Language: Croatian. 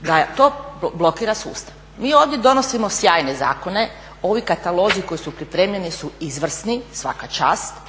da to blokira sustav. Mi ovdje donosimo sjajne zakone, ovi katalozi koji su pripremljeni su izvrsni, svaka čast.